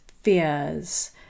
fears